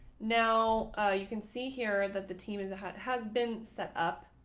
now you can see here that the team is has has been set up.